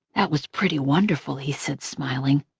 that was pretty wonderful, he said, smiling.